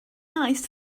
nice